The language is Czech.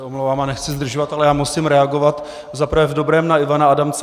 Omlouvám se a nechci zdržovat, ale musím reagovat za prvé v dobrém na Ivana Adamce.